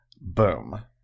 Boom